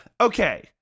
Okay